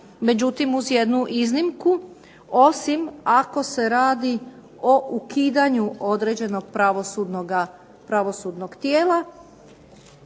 međutim uz jednu iznimku osim ako se radi o ukidanju određenog pravosudnog tijela,